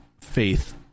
faith